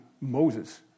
Moses